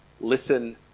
listen